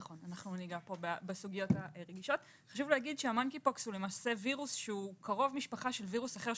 ה- monkeypoxהוא וירוס שהוא קרוב משפחה של וירוס של וירוס אחר,